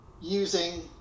using